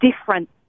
different